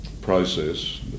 process